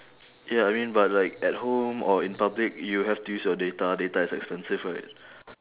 ya I mean but like at home or in public you have to use your data data is expensive right